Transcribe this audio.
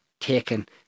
taken